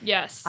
Yes